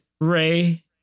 Ray